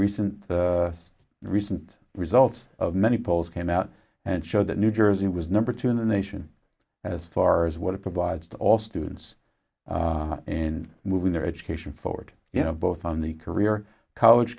recent recent results of many polls came out and showed that new jersey was number two in the nation as far as what it provides to all students and moving their education forward you know both on the career college